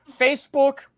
Facebook